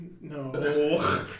No